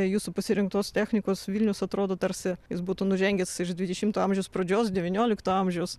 jūsų pasirinktos technikos vilnius atrodo tarsi jis būtų nužengęs iš dvidešimto amžiaus pradžios devyniolikto amžiaus